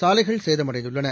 சாலைகள் சேதமடைந்துள்ளன